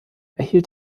erhielt